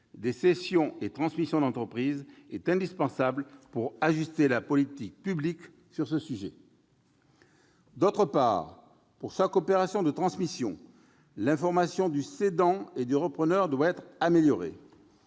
des cessions et transmissions d'entreprises est indispensable pour ajuster la politique publique sur ce sujet. D'autre part, pour chaque opération de transmission, l'information du cédant et du repreneur doit être améliorée.